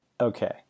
Okay